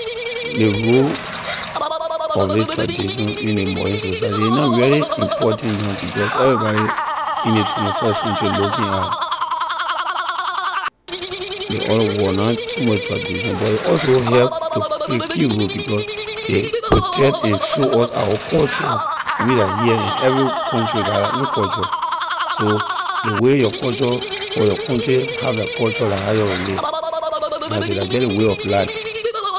Ley role of ley tradition in ley modern society a na really important na because everybody in ley twenty- first century looking at ley other world na too much tradition but a also help to play key role because a protect and and show us our culture we la here and every country get la own culture so ley way culture or your country have la culture la how your way live that’s a la jeh ley way of life.